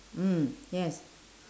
mm yes